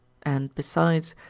and, besides,